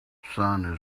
sun